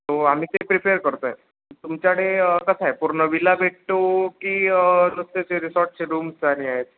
तो आम्ही ते प्रिपेअर करतो आहे तुमच्याडे कसं आहे पूर्ण विला भेटतो की नुसत्याचे रिसॉर्टचे रूम्स आणि आहेत